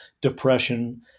depression